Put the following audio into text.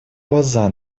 глаза